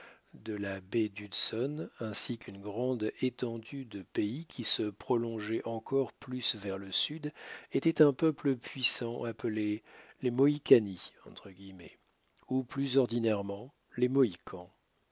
de la baie d'hudson ainsi qu'une grande étendue de pays qui se prolongeait encore plus vers le sud était un peuple puissant appelé les mohicanni ou plus ordinairement les mohicans